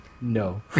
No